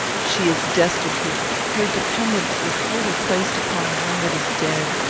she is destitute. her dependence was wholly placed upon one that is dead,